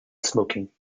smoking